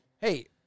Hey